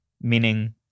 meaning